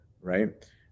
right